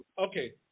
Okay